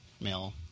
Male